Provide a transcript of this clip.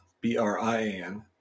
B-R-I-A-N